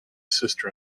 sister